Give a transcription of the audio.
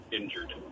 injured